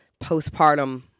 postpartum